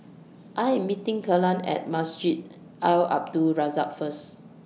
I Am meeting Kalen At Masjid Al Abdul Razak First